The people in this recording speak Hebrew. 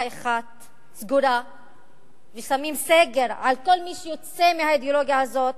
אחת סגורה ושמים סגר על כל מי שיוצא מהאידיאולוגיה הזאת,